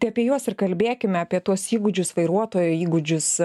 tai apie juos ir kalbėkime apie tuos įgūdžius vairuotojo įgūdžius